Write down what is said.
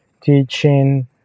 teaching